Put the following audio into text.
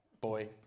boy